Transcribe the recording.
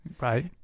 Right